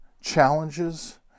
challenges